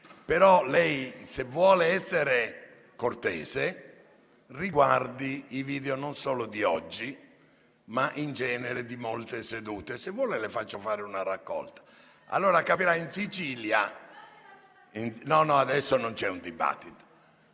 però, se vuole essere cortese, riguardi i video, non solo quello di oggi ma in genere di molte sedute. Se vuole le faccio fare una raccolta. Capirà, in Sicilia... *(Commenti).* No, adesso non c'è un dibattito.